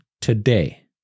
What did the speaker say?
today